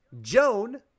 joan